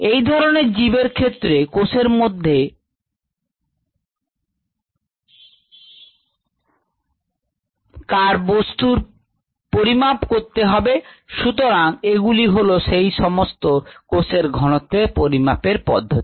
এই ধরনের জীব এর ক্ষেত্রে কোষের মধ্যে কার বস্তুর পরিমাপ করতে হবে সুতরাং এগুলি হলো সমস্ত কোষের ঘনত্বের পরিমাপের পদ্ধতি